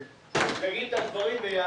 כדי להתמודד עם זה וכדי שלא נגיע למצב שבו כל